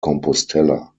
compostela